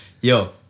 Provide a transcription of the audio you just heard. yo